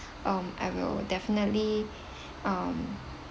um I will definitely um